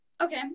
Okay